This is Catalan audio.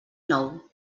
nou